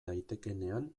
daitekeenean